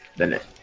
the